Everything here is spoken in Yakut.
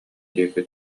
диэки